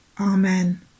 Amen